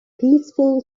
peaceful